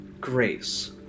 grace